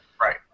Right